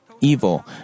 evil